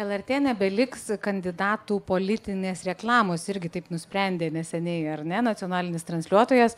lrt nebeliks kandidatų politinės reklamos irgi taip nusprendė neseniai ar ne nacionalinis transliuotojas